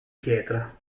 pietra